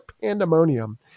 pandemonium